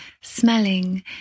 smelling